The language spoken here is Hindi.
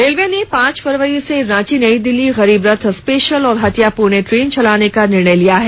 रेलवे ने पांच फरवरी से रांची नयी दिल्ली गरीब रथ स्पेशल और हटिया पूणे ट्रेन चलाने का निर्णय लिया है